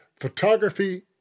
photography